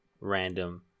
random